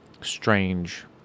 strange